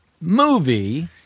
movie